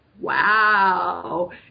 wow